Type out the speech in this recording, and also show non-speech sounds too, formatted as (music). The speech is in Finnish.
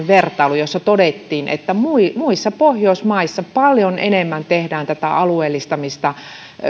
(unintelligible) vertailu jossa todettiin että muissa pohjoismaissa tehdään paljon enemmän tätä alueellistamista